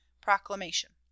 proclamation